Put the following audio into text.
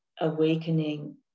awakening